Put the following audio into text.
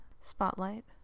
spotlight